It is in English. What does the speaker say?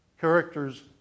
characters